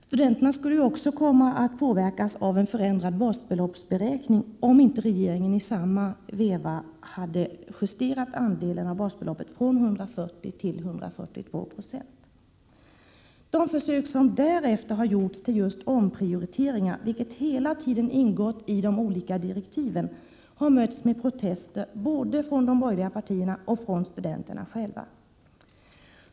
Studenterna skulle också kommit att påverkas av en förändrad basbeloppsberäkning, om inte regeringen i samma veva hade justerat andelen av basbeloppet från 140 till 142 96. De försök som därefter har gjorts till just omprioriteringar, något som hela tiden har ingått i de olika direktiven, har mötts med protester både från de borgerliga partierna och från studenterna själva.